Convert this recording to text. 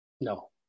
No